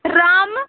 Ram